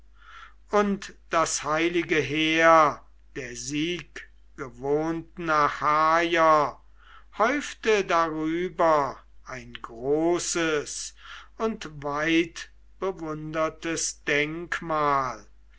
und das heilige heer der sieggewohnten achaier häufte darüber ein großes und weitbewundertes denkmal